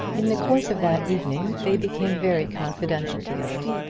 in the course of that evening they became very confidential together,